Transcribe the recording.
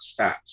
stats